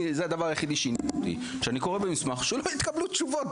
זה הדבר היחיד שעניין אותי שלא התקבלו תשובות